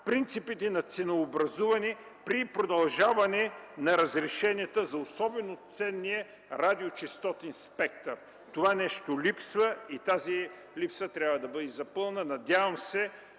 принципите на ценообразуване при продължаване на разрешенията за особено ценния радиочестотен спектър. Това нещо липсва и тази липса трябва да бъде запълнена чрез